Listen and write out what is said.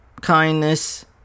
kindness